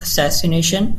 assassination